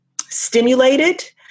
stimulated